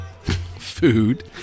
food